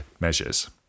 measures